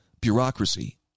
bureaucracy